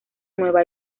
nueva